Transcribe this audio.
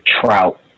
Trout